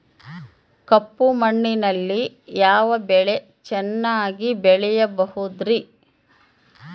ಕಪ್ಪು ಮಣ್ಣಿನಲ್ಲಿ ಯಾವ ಬೆಳೆ ಚೆನ್ನಾಗಿ ಬೆಳೆಯಬಹುದ್ರಿ?